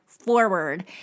forward